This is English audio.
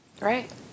Right